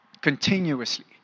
Continuously